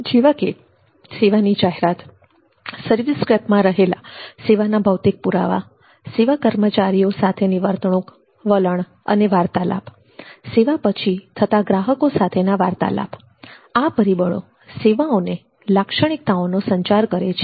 જેવા કે સેવાની જાહેરાત સર્વિસસ્કેપમાં રહેલા સેવાના ભૌતિક પુરાવા સેવા કર્મચારીઓ સાથેની વર્તણુક વલણ અને વાર્તાલાપ સેવા પછી થતા ગ્રાહકો સાથેના વાર્તાલાપ આ પરિબળો સેવાઓને લાક્ષણિકતાઓનો સંચાર કરે છે